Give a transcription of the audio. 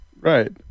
Right